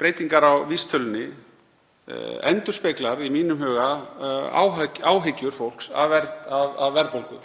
breytingar á vísitölunni endurspeglar í mínum huga áhyggjur fólks af verðbólgu